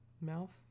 mouth